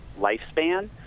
lifespan